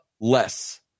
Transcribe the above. less